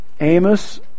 Amos